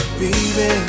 Baby